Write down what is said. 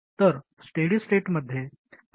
तर स्टेडी स्टेटमध्ये ID I0 च्या बरोबरीचा असतो